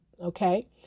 Okay